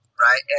right